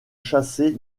chasser